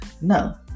no